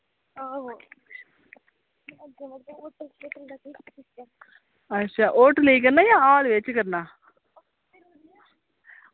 अच्छा होटलै ई करना जां हॉल बिच करना